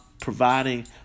providing